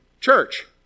church